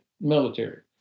military